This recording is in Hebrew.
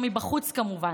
להשמידו, מבחוץ, כמובן,